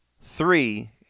three